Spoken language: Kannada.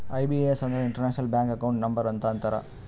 ಐ.ಬಿ.ಎ.ಎನ್ ಅಂದುರ್ ಇಂಟರ್ನ್ಯಾಷನಲ್ ಬ್ಯಾಂಕ್ ಅಕೌಂಟ್ ನಂಬರ್ ಅಂತ ಅಂತಾರ್